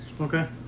Okay